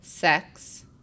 Sex